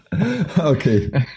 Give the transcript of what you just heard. Okay